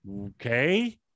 okay